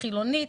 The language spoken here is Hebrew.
חילונית?